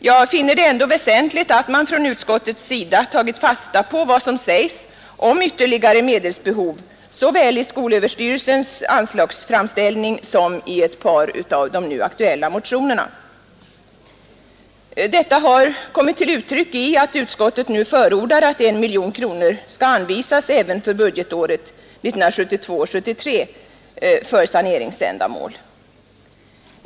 Jag finner det ändå väsentligt att man från utskottets sida tagit fasta på vad som sägs om ytterligare medelsbehov såväl i skolöverstyrelsens anslagsframställning som i ett par av de nu aktuella motionerna. Detta har kommit till uttryck i att utskottet nu förordar att 1 miljon kronor skall anvisas även för budgetåret 1972/73 för saneringsändamål.